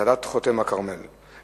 הצלת חוטם הכרמל,